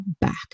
back